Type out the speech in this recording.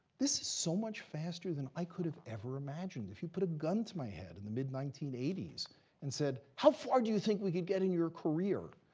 this is so much faster than i could have ever imagined. if you put a gun to my head in the mid nineteen eighty s and said, how far do you think we could get in your career?